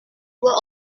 were